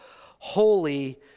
holy